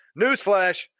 Newsflash